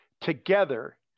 together